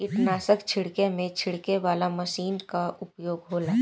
कीटनाशक छिड़के में छिड़के वाला मशीन कअ उपयोग होला